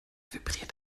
vibriert